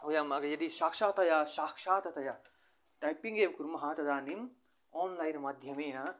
वयं यदि साक्षात् साक्षात् तया टैपिङ्ग् एव कुर्मः तदानीम् ओन्लैन् माध्यमेन